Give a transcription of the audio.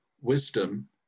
wisdom